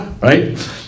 Right